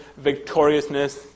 victoriousness